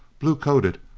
blue-coated,